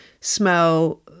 smell